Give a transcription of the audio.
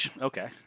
Okay